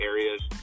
areas